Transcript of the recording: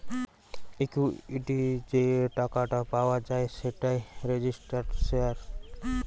equity যে টাকাটা পাওয়া যায় সেটাই রেজিস্টার্ড শেয়ার